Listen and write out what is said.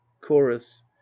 chorus